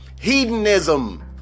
hedonism